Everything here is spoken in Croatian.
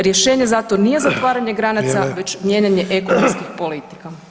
Rješenje za to nije zatvaranje granica, već mijenjanje ekonomskih politika.